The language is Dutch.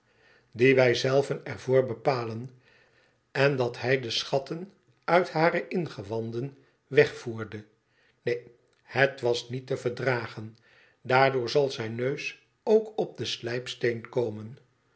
dien wij zelven er voor bepalen en dat hij de schaten uit hare ingewanden wegvoerde neen het was niet te verdragen daardoor zal zijn neus ook op den